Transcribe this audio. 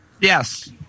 Yes